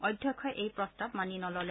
অধ্যক্ষই এই প্ৰস্তাৱ মানি নললে